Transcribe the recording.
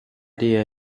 dear